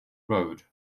road